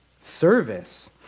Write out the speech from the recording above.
service